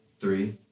three